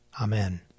Amen